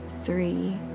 three